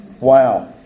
Wow